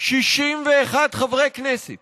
61 חברי כנסת